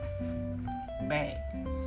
bag